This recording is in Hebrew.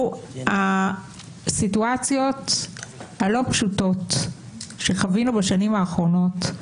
הסיטואציות הלא פשוטות שחווינו בשנים האחרונות,